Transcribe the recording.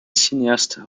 cinéastes